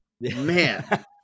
Man